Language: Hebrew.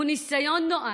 הוא ניסיון נואל,